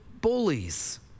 bullies